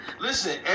listen